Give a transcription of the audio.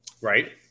Right